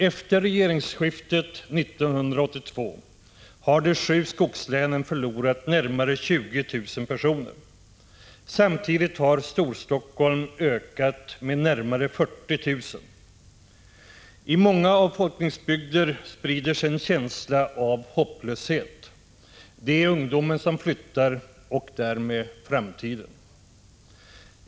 Efter regeringsskiftet 1982 har de sju skogslänen förlorat närmare 20 000 personer. Samtidigt har Storstockholm ökat med närmare 40 000. I många avfolkningsbygder sprider sig en känsla av hopplöshet. Det är ungdomen som flyttar och därmed framtiden.